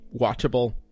watchable